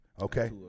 Okay